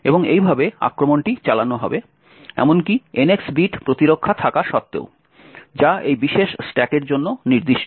এবং এইভাবে আক্রমণটি চালানো হবে এমনকি NX বিট প্রতিরক্ষা থাকা সত্বেও যা এই বিশেষ স্ট্যাক এর জন্য নির্দিষ্ট